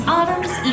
Autumn's